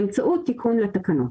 באמצעות תיקון לתקנות.